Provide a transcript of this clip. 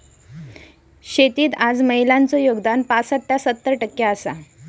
शेतीत आज महिलांचा योगदान पासट ता सत्तर टक्के आसा